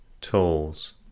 Tools